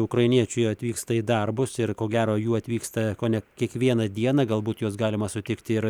ukrainiečiai atvyksta į darbus ir ko gero jų atvyksta kone kiekvieną dieną galbūt juos galima sutikti ir